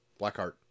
Blackheart